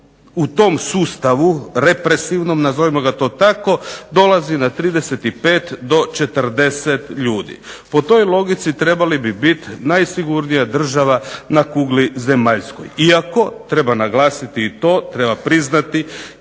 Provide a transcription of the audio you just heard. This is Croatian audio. u tom sustavu represivnom, nazivamo ga tako, dolazi na 35 do 40 ljudi. Po toj logici trebali bi biti najsigurnija država na kugli zemaljskoj, iako treba naglasiti i to, treba priznati,